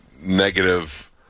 negative